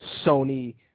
Sony